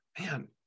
man